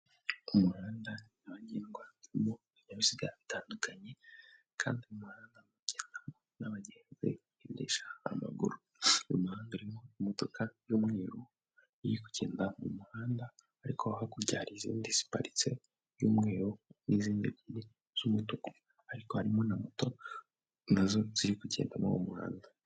Umuhanda ntagendwa mu binyabiziga atandukanye kandi umuhanda muke n'abagenzidisha amaguru, uwo muhanda urimo imodoka y'umweru iri kugenda mu muhanda ariko hakurya hari izindi ziparitse; iy'umweru n'izindi ebyiri z'umutuku ariko harimo na moto nazo ziri kugenda mu muhanda.